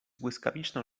błyskawiczną